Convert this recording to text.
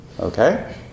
Okay